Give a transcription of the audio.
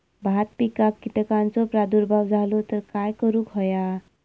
भात पिकांक कीटकांचो प्रादुर्भाव झालो तर काय करूक होया?